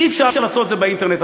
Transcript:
אי-אפשר לעשות את זה באינטרנט.